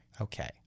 Okay